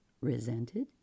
resented